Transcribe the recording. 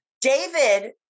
David